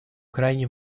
крайне